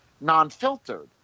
non-filtered